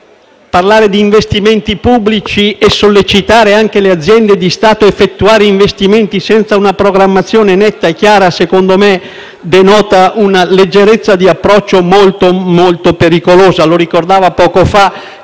parlare di investimenti pubblici e sollecitare anche tutte le aziende di Stato ad effettuare investimenti senza una programmazione netta e chiara, secondo me denota una leggerezza di approccio davvero molto pericolosa,